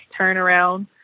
turnaround